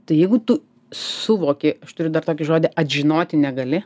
tai jeigu tu suvoki aš turiu dar tokį žodį atžinoti negali